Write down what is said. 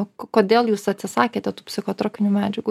o kodėl jūs atsisakėte tų psichotropinių medžiagų